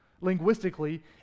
linguistically